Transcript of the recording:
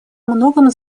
многом